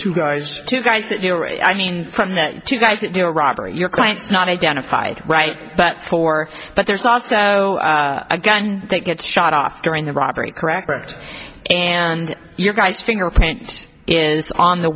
two guys two guys that i mean from the two guys that do a robbery your client's not identified right but four but there's also a gun that gets shot off during the robbery correct and your guys fingerprint is on the